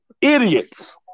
idiots